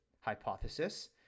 hypothesis